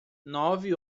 nove